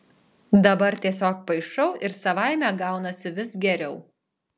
dabar tiesiog paišau ir savaime gaunasi vis geriau